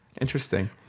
Interesting